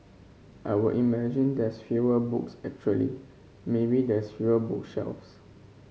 I would imagine there's fewer books actually maybe there's fewer book shelves